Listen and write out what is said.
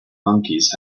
monkeys